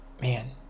man